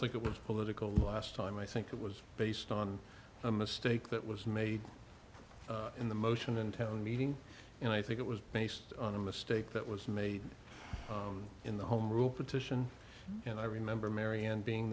think it was political last time i think it was based on a mistake that was made in the motion in town meeting and i think it was based on a mistake that was made in the home rule petition and i remember marion being